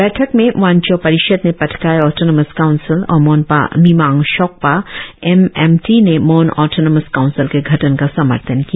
बैठक में वांगसू परिषद ने पटकाई ओटोनोमस काउनसिल और Monpa Mimang Shokpa M M T ने मोन ओटोनोमस काउनसिल के गठन का सर्मथन किया